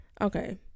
okay